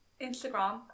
Instagram